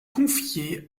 confié